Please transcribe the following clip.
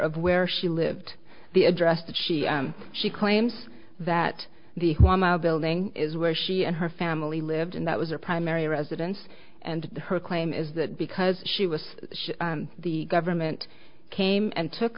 of where she lived the address that she and she claims that the one mile building is where she and her family lived and that was her primary residence and her claim is that because she was the government came and took